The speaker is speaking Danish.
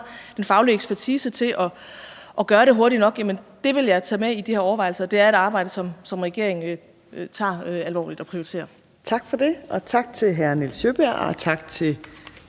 den faglige ekspertise til at gøre det hurtigt nok? Det vil jeg tage med i de her overvejelser, og det er et arbejde, som regeringen tager alvorligt og prioriterer. Kl. 15:28 Fjerde næstformand (Trine Torp): Tak for det. Tak til